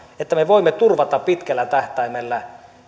että me voimme turvata pitkällä tähtäimellä